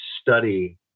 study